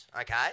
Okay